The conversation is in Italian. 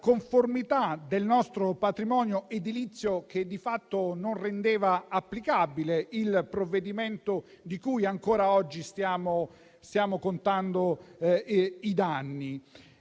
conformità del nostro patrimonio edilizio, che di fatto non rendeva applicabile il provvedimento di cui ancora oggi stiamo contando i danni.